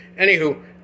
Anywho